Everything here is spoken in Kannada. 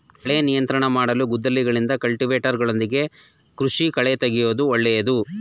ಕಳೆ ನಿಯಂತ್ರಣ ಮಾಡಲು ಗುದ್ದಲಿಗಳಿಂದ, ಕಲ್ಟಿವೇಟರ್ಗಳೊಂದಿಗೆ ಕೃಷಿ ಕಳೆತೆಗೆಯೂದು ಒಳ್ಳೇದು